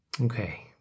Okay